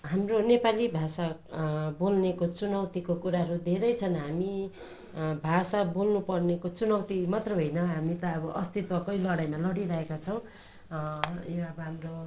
हाम्रो नेपाली भाषा बोल्नेको चुनौतीको कुराहरू धेरै छन् हामी भाषा बोल्नुपर्नेको चुनौती मात्र होइन हामी त अब अस्तिवकै लडाइँमा लडिरहेका छौँ यो अब हाम्रो